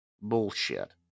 Bullshit